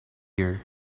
ear